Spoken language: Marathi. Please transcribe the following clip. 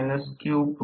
तर आपण Smax T लिहितो